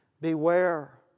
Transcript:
Beware